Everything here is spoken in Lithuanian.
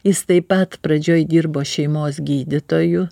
jis taip pat pradžioj dirbo šeimos gydytoju